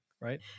right